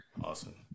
Awesome